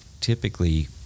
typically